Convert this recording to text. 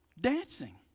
Dancing